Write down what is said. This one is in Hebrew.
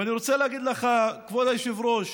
ואני רוצה להגיד לך, כבוד היושב-ראש,